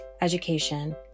education